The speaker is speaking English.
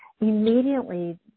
immediately